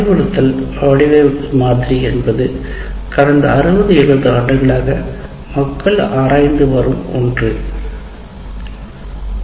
அறிவுறுத்தல் வடிவமைப்பு மாதிரி என்பது கடந்த 60 70 ஆண்டுகளாக மக்கள் ஆராய்ந்து வரும் ஒன்று ஆண்டுகள்